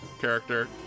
character